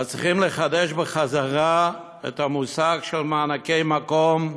אז צריכים לחדש את המושג של מענקי מקום,